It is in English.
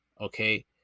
Okay